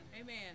Amen